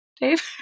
Dave